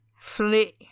Flee